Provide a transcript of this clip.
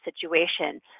situation